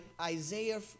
Isaiah